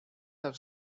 have